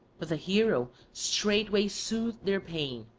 but the hero straightway soothed their pain,